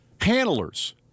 handlers